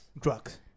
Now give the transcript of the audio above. Drugs